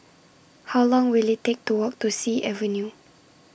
How Long Will IT Take to Walk to Sea Avenue